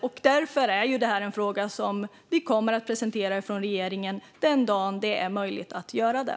Därför är detta en fråga som vi från regeringen kommer att presentera den dag det är möjligt.